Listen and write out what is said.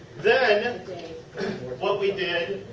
then what we did